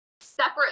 separate